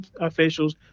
officials